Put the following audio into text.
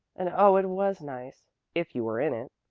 and oh, it was nice if you were in it.